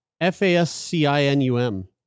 F-A-S-C-I-N-U-M